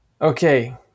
Okay